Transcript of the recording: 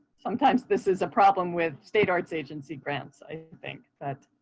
sometimes this is a problem with state arts agency grants, i think.